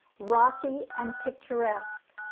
rocky, and picturesque.